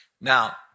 Now